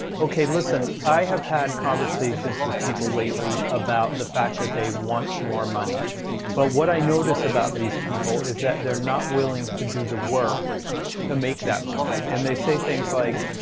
okay, listen i have had conversations with people lately about the fact that they want more money but what i notice about these people is that they're not willing to do the work to make that money and they say things like,